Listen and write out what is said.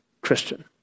Christian